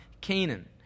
Canaan